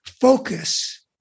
focus